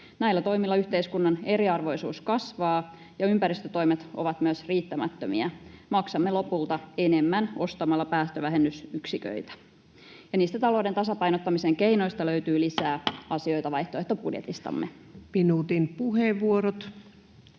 Näillä toimilla yhteiskunnan eriarvoisuus kasvaa, ja myös ympäristötoimet ovat riittämättömiä. Maksamme lopulta enemmän ostamalla päästövähennysyksiköitä. Niistä talouden tasapainottamisen keinoista löytyy lisää asioita vaihtoehtobudjetistamme. Minuutin puheenvuorot.